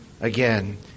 again